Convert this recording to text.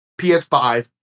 PS5